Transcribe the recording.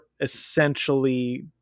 essentially